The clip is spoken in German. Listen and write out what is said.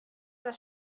das